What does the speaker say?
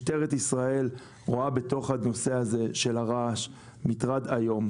משטרת ישראל רואה בתוך הנושא הזה של הרעש מטרד איום,